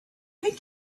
think